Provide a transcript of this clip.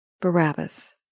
Barabbas